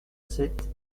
sept